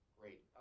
Great